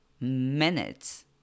minutes